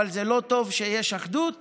אבל זה לא טוב שיש אחדות